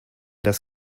das